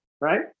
right